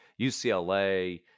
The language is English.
UCLA